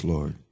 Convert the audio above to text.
Lord